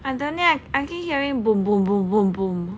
I don't know I keep hearing boom boom boom boom boom